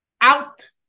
out